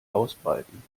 ausbreiten